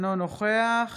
אינו נוכח